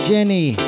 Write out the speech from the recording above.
Jenny